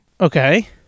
Okay